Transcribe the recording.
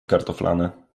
kartoflane